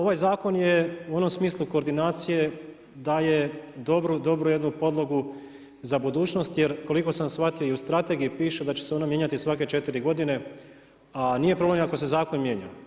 Ovaj zakon je u onom smislu koordinacije daje dobru, dobru jednu podlogu za budućnost jer koliko sam shvatio i u strategiji piše da će se ona mijenjati svake 4 godine a nije problem ni ako se zakon mijenja.